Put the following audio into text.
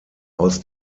aus